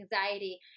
anxiety